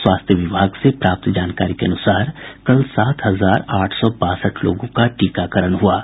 स्वास्थ्य विभाग से प्राप्त जानकारी के अनुसार कल सात हजार आठ सौ बासठ लोगों का टीकाकरण हुआ है